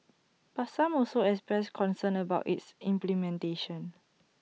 but some also expressed concerns about its implementation